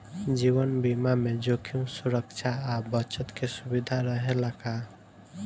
जीवन बीमा में जोखिम सुरक्षा आ बचत के सुविधा रहेला का?